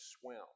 swim